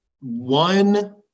one